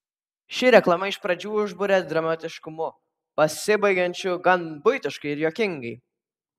ši reklama iš pradžių užburia dramatiškumu pasibaigiančiu gan buitiškai ir juokingai